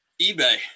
eBay